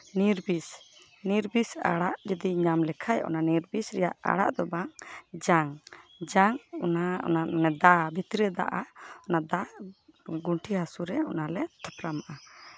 ᱱᱤᱨᱵᱤᱥ ᱱᱤᱨᱵᱤᱥ ᱟᱲᱟᱜ ᱡᱩᱫᱤᱧ ᱧᱟᱢ ᱞᱮᱠᱷᱟᱡ ᱚᱱᱟ ᱱᱤᱨᱵᱤᱥ ᱨᱮᱭᱟᱜ ᱟᱲᱟᱜ ᱫᱚ ᱵᱟᱝ ᱡᱟᱝ ᱡᱟᱝ ᱚᱱᱟ ᱚᱱᱟ ᱫᱟ ᱵᱷᱤᱛᱨᱤ ᱨᱮ ᱫᱟᱜᱼᱟ ᱚᱱᱟ ᱫᱟ ᱜᱩᱱᱴᱷᱤ ᱦᱟᱹᱥᱩ ᱨᱮ ᱚᱱᱟ ᱞᱮ ᱛᱷᱚᱯᱨᱟᱢᱟᱜᱼᱟ